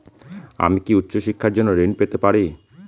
আমি কি উচ্চ শিক্ষার জন্য ঋণ পেতে পারি?